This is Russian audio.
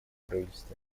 правительство